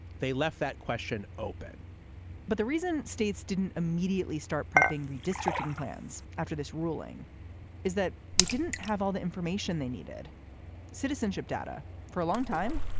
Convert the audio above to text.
they left that question open but the reason states didn't immediately start prepping redistricting plans after this ruling is that they didn't have all the information. they needed citizenship data for a long time.